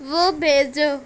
وہ بھیجو